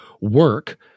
work